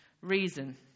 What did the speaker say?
reason